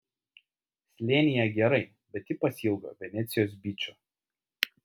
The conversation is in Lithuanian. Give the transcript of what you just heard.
slėnyje gerai bet ji pasiilgo venecijos byčo